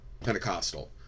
Pentecostal